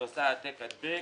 היא עושה העתק הדבק,